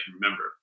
remember